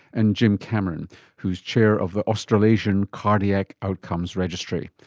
and jim cameron who is chair of the australasian cardiac outcomes registry.